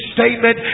statement